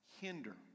hinder